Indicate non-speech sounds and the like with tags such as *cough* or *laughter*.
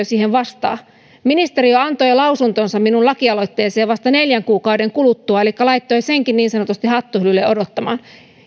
*unintelligible* siihen vastaa ministeriö antoi lausuntonsa minun lakialoitteeseeni vasta neljän kuukauden kuluttua elikkä laittoi senkin niin sanotusti hattuhyllylle odottamaan